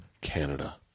Canada